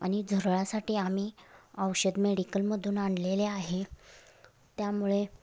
आणि झुरळासाठी आम्ही औषध मेडिकलमधून आणलेले आहे त्यामुळे